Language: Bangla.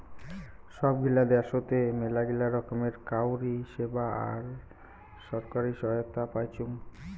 সব গিলা দ্যাশোতে মেলাগিলা রকমের কাউরী সেবা আর ছরকারি সহায়তা পাইচুং